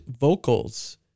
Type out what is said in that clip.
vocals